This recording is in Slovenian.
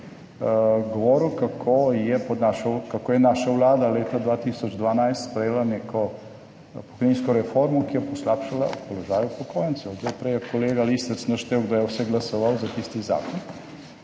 kako je naša Vlada leta 2012 sprejela neko pokojninsko reformo, ki je poslabšala položaj upokojencev. Tudi prej je kolega Lisec naštel kdo je vse glasoval za tisti zakon.